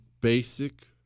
basic